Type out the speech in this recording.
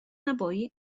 naboi